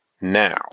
Now